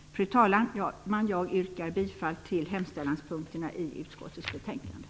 Fru talman! Jag yrkar bifall till utskottets hemställan.